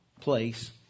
place